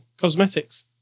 cosmetics